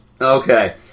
Okay